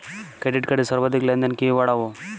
Credit কার্ডের সর্বাধিক লেনদেন কিভাবে বাড়াবো?